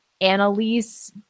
Annalise